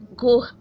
Go